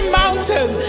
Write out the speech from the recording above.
mountain